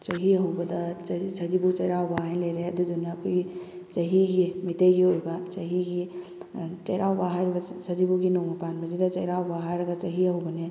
ꯆꯍꯤ ꯍꯧꯕꯗ ꯁꯖꯤꯕꯨ ꯆꯩꯔꯥꯎꯕ ꯍꯥꯏꯅ ꯂꯩꯔꯦ ꯑꯗꯨꯗꯨꯅ ꯑꯩꯈꯣꯏꯒꯤ ꯆꯍꯤꯒꯤ ꯃꯩꯇꯩꯒꯤ ꯑꯣꯏꯕ ꯆꯍꯤꯒꯤ ꯆꯩꯔꯥꯎꯕ ꯍꯥꯏꯔꯤꯕ ꯁꯖꯤꯕꯨꯒꯤ ꯅꯣꯡꯃ ꯄꯥꯟꯕꯁꯤꯗ ꯆꯩꯔꯥꯎꯕ ꯍꯥꯏꯔꯒ ꯆꯍꯤ ꯍꯧꯕꯅꯦ